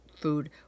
food